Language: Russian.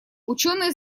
учёные